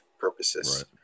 purposes